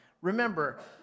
Remember